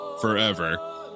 forever